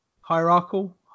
hierarchical